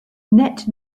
net